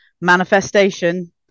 manifestation